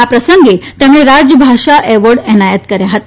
આ પ્રસંગે તેમણે રાજભાષા એવોર્ડ એનાયત કર્યા હતા